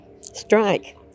strike